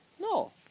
No